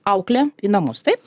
auklė į namus taip